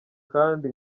kandi